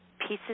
pieces